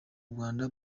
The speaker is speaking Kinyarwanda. rwanda